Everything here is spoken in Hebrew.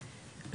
כן.